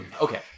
Okay